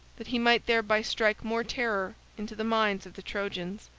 that he might thereby strike more terror into the minds of the trojans.